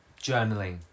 journaling